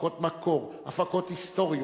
הפקות היסטוריות,